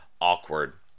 awkward